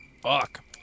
Fuck